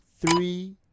three